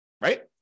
Right